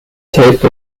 tape